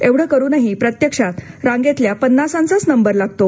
एवढं करूनही प्रत्यक्षात रांगेतल्या पन्नासांचाच नंबर लागतो